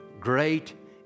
great